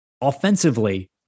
offensively